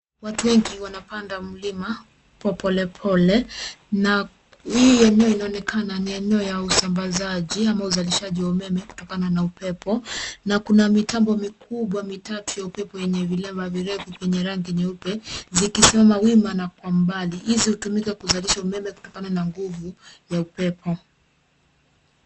Watu wengi wanapanda mlima kwa polepole na hii eneo inaonekana ni eneo ya usambazaji ama uzalishaji wa umeme kutokana na upepo, na kuna mitambo mikubwa mitatu ya upepo yenye viraba virefu vyenye rangi nyeupe zikisimama wima na kwa mbali. Hizi hutumika kuzalisha umeme kutokana na nguvu ya upepo.